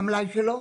והמלאי שלו?